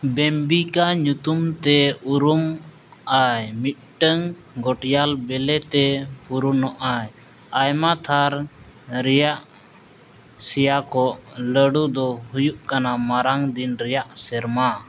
ᱵᱮᱢᱵᱤᱠᱟ ᱧᱩᱛᱩᱢ ᱛᱮ ᱩᱨᱩᱢᱚᱜ ᱟᱭ ᱢᱤᱫᱴᱟᱝ ᱜᱚᱴᱭᱟᱞ ᱵᱤᱞᱤᱛᱮ ᱯᱩᱨᱩᱱᱚᱜ ᱟᱭ ᱟᱭᱢᱟ ᱛᱷᱟᱨ ᱨᱮᱭᱟᱜ ᱥᱮᱭᱟ ᱠᱚᱜ ᱞᱟᱹᱰᱩ ᱫᱚ ᱦᱩᱭᱩᱜ ᱠᱟᱱᱟ ᱢᱟᱨᱟᱝ ᱫᱤᱱ ᱨᱮᱭᱟᱜ ᱥᱮᱨᱢᱟ